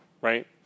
right